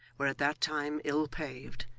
were at that time ill paved,